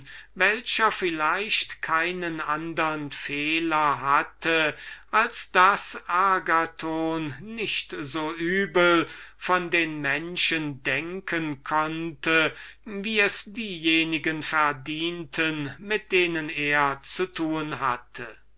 welcher vielleicht keinen andern fehler hatte als daß agathon noch nicht völlig so übel von den menschen denken konnte als es diejenigen verdienten mit denen er zu tun hatte